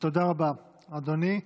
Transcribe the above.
תודה רבה, אדוני.